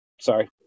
Sorry